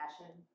passion